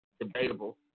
debatable